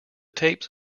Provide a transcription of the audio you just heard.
tapes